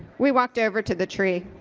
we walked over to the tree.